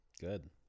Good